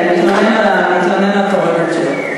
הוא התלונן על התובנות שלו.